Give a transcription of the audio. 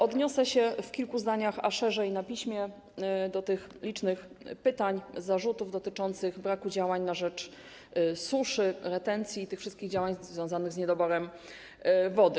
Odniosę się w kilku zdaniach, a szerzej na piśmie, do tych licznych pytań, zarzutów dotyczących braku działań na rzecz zapobiegania suszy, retencji i tych wszystkich działań związanych z niedoborem wody.